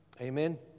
Amen